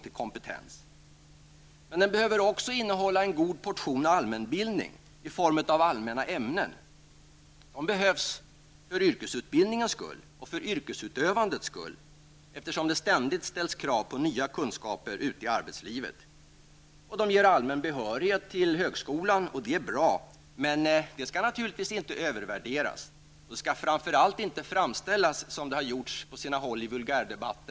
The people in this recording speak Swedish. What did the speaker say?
Men den här yrkesutbildningen måste också innehålla en god portion allmänbildning i form av allmänna ämnen. Dessa behövs både för yrkesutbildningens skull och för yrkesutövandets skull. Det krävs ju ständigt nya kunskaper ute i arbetslivet. Man får på det här sättet allmän behörighet till högskolan och det är bra. Men det här skall naturligtvis inte övervärderas, och det skall framför allt inte framställas på det sätt som har skett på sina håll i vulgärdebatten.